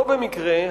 לא במקרה,